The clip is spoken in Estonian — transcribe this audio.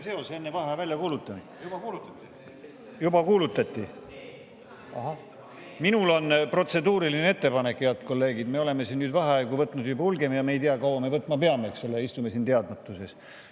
Juba kuulutati? Ahah. Minul on protseduuriline ettepanek, head kolleegid. Me oleme nüüd vaheaegu võtnud juba hulgi ja me ei tea, kaua me neid võtma peame. Istume siin teadmatuses.